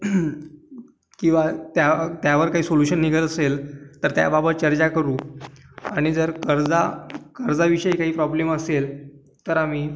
किंवा त्या त्यावर काही सोल्युशन निघत असेल तर त्याबाबत चर्चा करू आणि जर कर्जा कर्जाविषयी काही प्रॉब्लेम असेल तर आम्ही